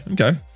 okay